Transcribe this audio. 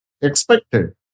expected